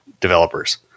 developers